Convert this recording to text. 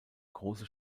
große